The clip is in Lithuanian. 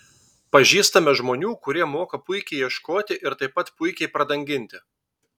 pažįstame žmonių kurie moka puikiai ieškoti ir taip pat puikiai pradanginti